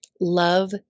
Love